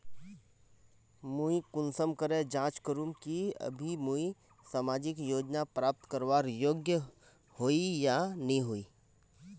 मुई कुंसम करे जाँच करूम की अभी मुई सामाजिक योजना प्राप्त करवार योग्य होई या नी होई?